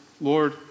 Lord